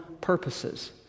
purposes